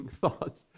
thoughts